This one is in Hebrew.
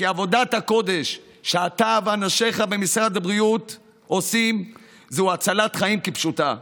כי עבודת הקודש שאתה ואנשיך במשרד הבריאות עושים זו הצלת חיים כפשוטה.